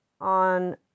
on